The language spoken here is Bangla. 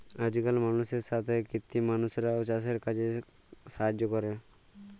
আজকাল মালুষের সাথ কৃত্রিম মালুষরাও চাসের কাজে সাহায্য ক্যরতে পারে